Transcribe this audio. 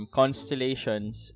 constellations